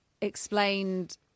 explained